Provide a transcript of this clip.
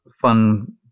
fun